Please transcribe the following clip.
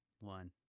one